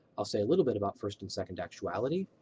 i'll say a little bit about first and second actuality,